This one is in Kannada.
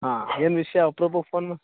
ಹಾಂ ಏನು ವಿಷಯ ಅಪ್ರೂಪಕ್ಕೆ ಫೋನ್ ಮ